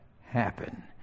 happen